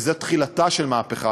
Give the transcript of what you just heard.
וזאת תחילתה של מהפכה.